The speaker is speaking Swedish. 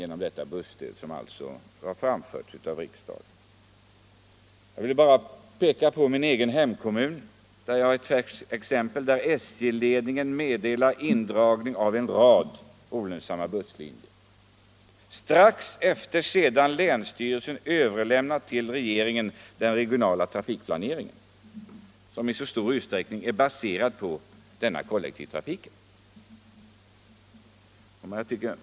Från min egen hemkommun har vi ett färskt exempel på att SJ:s ledning varslat om indragning av en rad olönsamma busslinjer — strax efter det att länsstyrelsen till regeringen överlämnat sitt förslag till regional trafikplanering, som i så stor utsträckning är baserad på den kollektiva trafiken!